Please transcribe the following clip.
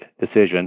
decision